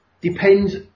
depends